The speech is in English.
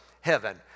heaven